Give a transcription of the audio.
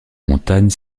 montagne